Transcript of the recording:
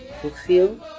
fulfill